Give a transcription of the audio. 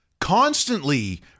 Constantly